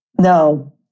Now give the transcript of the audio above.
No